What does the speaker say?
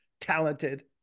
talented